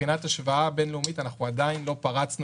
מבחינת השוואה בין לאומית אנחנו עדיין לא פרצנו